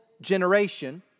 generation